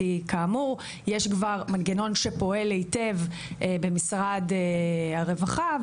כי כאמור יש כבר מנגנון שפועל היטב במשרד הרווחה,